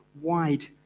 wide